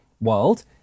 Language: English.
world